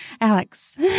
Alex